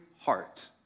heart